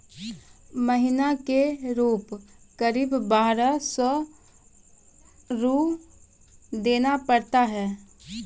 महीना के रूप क़रीब बारह सौ रु देना पड़ता है?